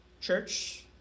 Church